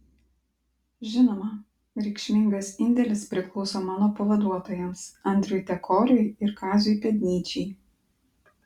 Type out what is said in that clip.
žinoma reikšmingas indėlis priklauso mano pavaduotojams andriui tekoriui ir kaziui pėdnyčiai